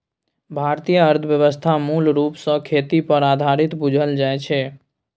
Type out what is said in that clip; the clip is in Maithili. भारतीय अर्थव्यवस्था मूल रूप सँ खेती पर आधारित बुझल जाइ छै